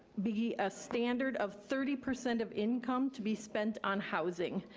be a standard of thirty percent of income to be spent on housing.